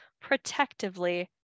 protectively